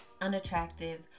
unattractive